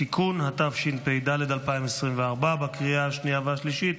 (תיקון), התשפ"ד 2024, לקריאה השנייה והשלישית.